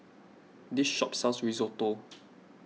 this shop sells Risotto